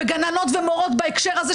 וגננות ומורות בהקשר הזה,